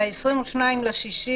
ב-22 ביוני